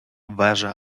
вежа